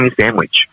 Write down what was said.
Sandwich